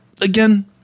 again